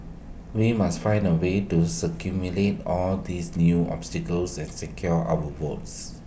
we must find A way to all these new obstacles and secure our votes